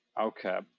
Okay